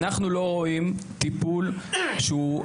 אנחנו לא רואים טיפול שהוא,